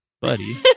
buddy